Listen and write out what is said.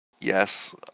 yes